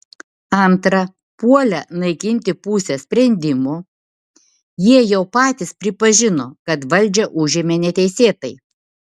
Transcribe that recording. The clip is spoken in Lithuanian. antra puolę naikinti pusę sprendimo jie jau patys pripažino kad valdžią užėmė neteisėtai